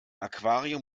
aquarium